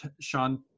Sean